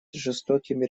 жестокими